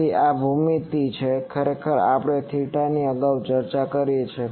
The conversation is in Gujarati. તેથી આ ભૂમિતિ છે ખરેખર આપણે થિટાની અગાઉ ચર્ચા કરી છે